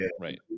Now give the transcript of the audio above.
right